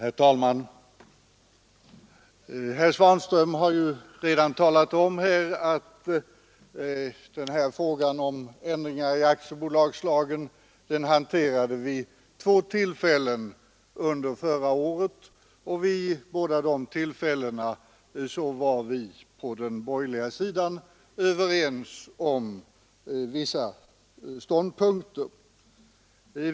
Herr talman! Som herr Svanström redan framhållit hanterade vi vid två tillfällen förra året frågan om ändringar i aktiebolagslagen, och vid båda tillfällena var vi på den borgerliga sidan överens om vissa ståndpunkter.